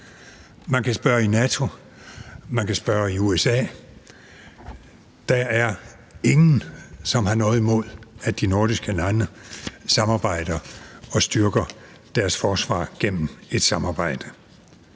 Man kan spørge i NATO, og man kan spørge i USA, og der er ingen, som har noget imod, at de nordiske lande samarbejder og styrker deres forsvar gennem et samarbejde.